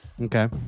Okay